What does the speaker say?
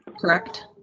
correct.